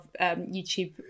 YouTube